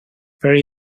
very